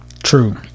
true